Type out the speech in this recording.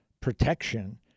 protection